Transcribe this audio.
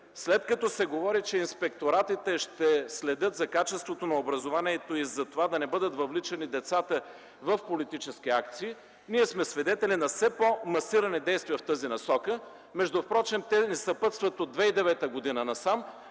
след като се говори, че инспекторатите ще следят за качеството на образованието и за това да не бъдат въвличани децата в политически акции, ние сме свидетели на все по-масирани действия в тази насока. Впрочем те ни съпътстват от 2009 г. насам,